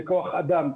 זה כוח אדם,